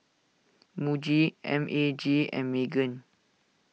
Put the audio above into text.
Muji M A G and Megan